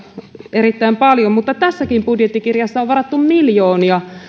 erittäin paljon mutta tässäkin budjettikirjassa on varattu miljoonia